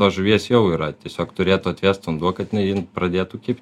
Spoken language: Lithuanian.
tos žuvies jau yra tiesiog turėtų atvėst vanduo kad jinai radėtų kibt